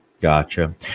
gotcha